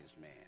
man